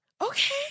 Okay